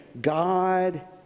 God